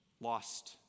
lost